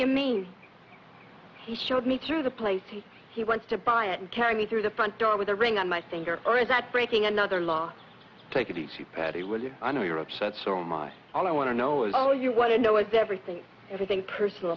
you mean he showed me through the place he wants to buy and carry me through the front door with a ring on my finger or is that breaking another law take it easy paddy will you i know you're upset so my all i want to know is oh you want to know i'd everything everything personal